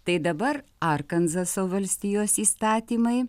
tai dabar arkanzaso valstijos įstatymai